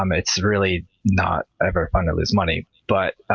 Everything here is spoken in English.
um it's really not ever fun to lose money. but